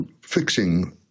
fixing